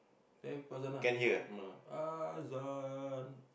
then lepas azan ah azan